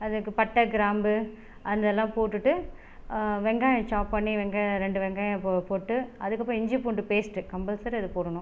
அதுக்கு பட்டை கிராம்பு அதெல்லாம் போட்டுட்டு வெங்காயம் சாப் பண்ணி வெங்காயம் ரெண்டு வெங்காயம் போட்டு அதுக்கப்புறம் இஞ்சி பூண்டு பேஸ்ட்டு கம்பல்சரி அது போடணும்